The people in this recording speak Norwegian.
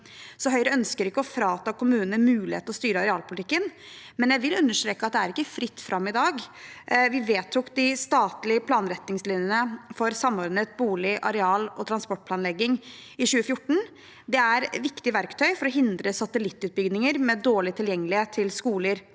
Høyre ønsker ikke å frata kommunene mulighet til å styre arealpolitikken, men jeg vil understreke at det ikke er fritt fram i dag. Vi vedtok de statlige planretningslinjene for samordnet bolig-, areal- og transportplanlegging i 2014. Det er viktige verktøy for å hindre satelittutbygginger med dårlig tilgjengelighet til skoler,